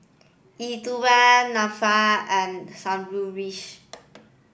Elattuvalapil Nadesan and Sundaresh